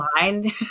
mind